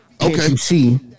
Okay